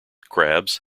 crabs